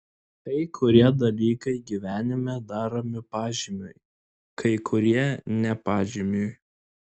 kai kurie dalykai gyvenime daromi pažymiui kai kurie ne pažymiui